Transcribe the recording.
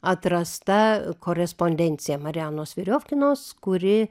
atrasta korespondencija marianos veriofkinos kuri